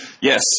Yes